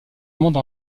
monde